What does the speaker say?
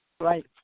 Right